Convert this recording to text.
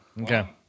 Okay